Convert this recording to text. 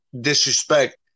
disrespect